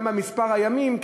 גם במספר הימים,